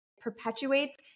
perpetuates